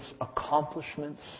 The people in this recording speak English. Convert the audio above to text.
accomplishments